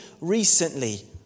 recently